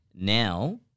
Now